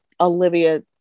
Olivia